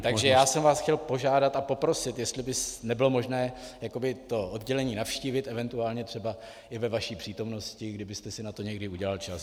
Takže já jsem vás chtěl požádat a poprosit, jestli by nebylo možné to oddělení navštívit, eventuálně třeba i ve vaší přítomnosti, kdybyste si na to někdy udělal čas.